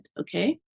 okay